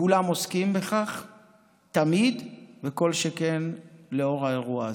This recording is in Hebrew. כולם עוסקים בכך תמיד, וכל שכן לנוכח האירוע הזה.